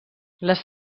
les